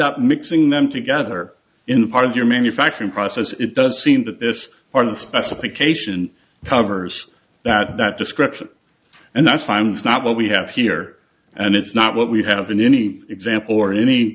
up mixing them together in part of your manufacturing process it does seem that this part of the specification covers that description and that's fine it's not what we have here and it's not what we have in any example or any